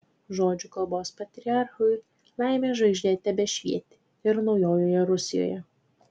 žodžiu kalbos patriarchui laimės žvaigždė tebešvietė ir naujoje rusijoje